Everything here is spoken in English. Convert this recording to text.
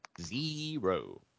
Zero